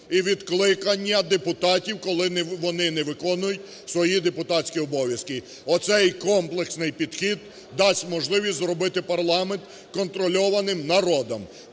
і відкликання депутатів, коли вони не виконують свої депутатські обов'язки. Оцей комплексний підхід дасть можливість зробити парламент контрольованим народом.